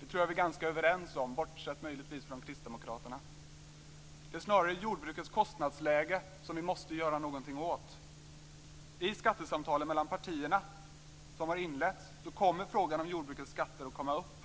Det tror jag vi är ganska överens om, bortsett möjligen från Kristdemokraterna. Det är snarare jordbrukets kostnadsläge som vi måste göra något åt. I de skattesamtal mellan partierna som inletts kommer frågan om jordbrukets skatter att komma upp.